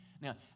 Now